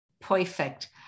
Perfect